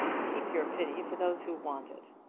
keep your pity for those who want it.